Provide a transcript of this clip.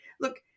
look